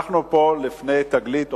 אנחנו פה לפני תגלית,